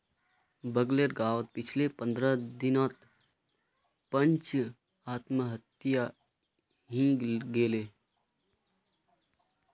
बगलेर गांउत पिछले पंद्रह दिनत पांच आत्महत्या हइ गेले